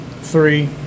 three